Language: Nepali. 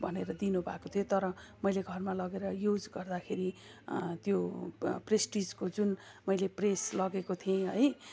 भनेर दिनु भएको थियो तर मैले घरमा लगेर युज गर्दाखेरि त्यो प्रेसटिजको जुन मैले प्रेस लगेको थिएँ है